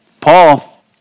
Paul